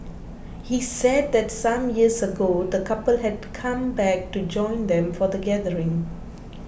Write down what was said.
he said that some years ago the couple had come back to join them for the gathering